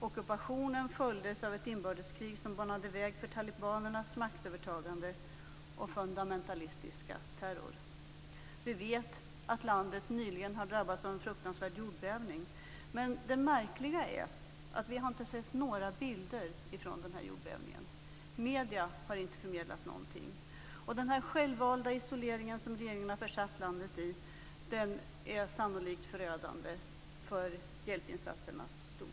Ockupationen följdes av ett inbördeskrig som banade väg för talibanernas maktövertagande och fundamentalistiska terror. Vi vet att landet nyligen har drabbats av en fruktansvärd jordbävning, men det märkliga är att vi inte har sett några bilder från denna jordbävning. Medierna har inte förmedlat någonting. Den självvalda isolering som regeringen har försatt landet i är sannolikt förödande för hjälpinsatsernas storlek.